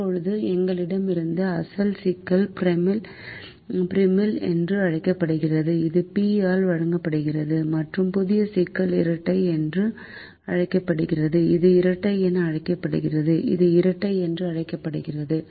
இப்போது எங்களிடம் இருந்த அசல் சிக்கல் ப்ரிமல் என்று அழைக்கப்படுகிறது இது p ஆல் வழங்கப்படுகிறது மற்றும் புதிய சிக்கல் இரட்டை என்று அழைக்கப்படுகிறது இது இரட்டை என அழைக்கப்படுகிறது இது இரட்டை என்று அழைக்கப்படுகிறது